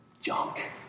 junk